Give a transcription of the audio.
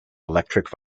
electric